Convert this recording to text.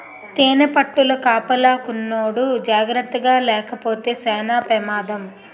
తేనిపట్టుల కాపలాకున్నోడు జాకర్తగాలేపోతే సేన పెమాదం